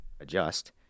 adjust